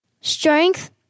Strength